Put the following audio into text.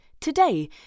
today